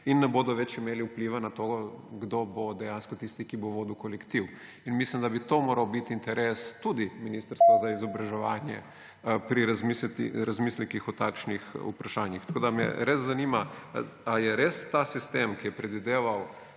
in ne bodo imeli več vpliva na to, kdo bo dejansko tisti, ki bo vodil kolektiv. Mislim, da bi to moral biti interes tudi ministrstva za izobraževanje pri razmislekih o takšnih vprašanjih. Tako da me res zanima: Ali je res ta sistem, ki je predvideval